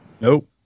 Nope